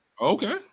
okay